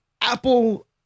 Apple